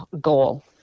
goal